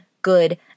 Good